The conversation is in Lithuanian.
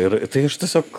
ir tai aš tiesiog